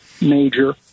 major